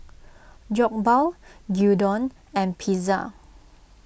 Jokbal Gyudon and Pizza